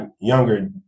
younger